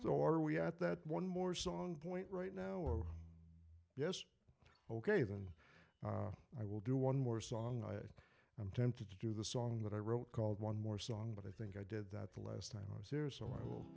so are we at that one more song point right now or yes ok then i will do one more song i'm tempted to do the song that i wrote called one more song but i think i did that the last time i was there so i will